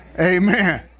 Amen